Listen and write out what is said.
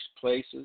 places